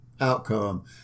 outcome